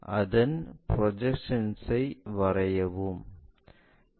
அதன் ப்ரொஜெக்ஷன்ஐ வரையவும்